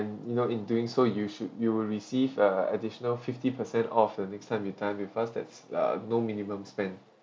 you know in doing so you should you will receive a additional fifty percent off the next time you dine with us that's uh no minimum spend